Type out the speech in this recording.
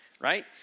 right